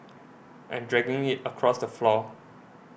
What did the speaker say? and dragging it across the floor